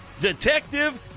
Detective